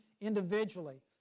individually